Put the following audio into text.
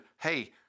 hey